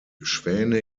schwäne